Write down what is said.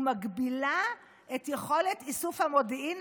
ומגבילה את יכולת איסוף המודיעין,